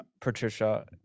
Patricia